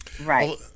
right